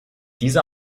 dieser